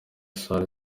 salle